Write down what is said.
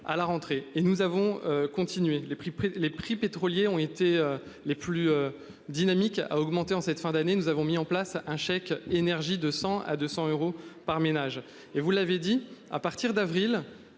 à la rentrée et nous avons continué les prix, les prix pétroliers ont été les plus dynamiques a augmenté en cette fin d'année nous avons mis en place un chèque énergie de 100 à 200 euros par ménage et vous l'avez dit, à partir d'avril.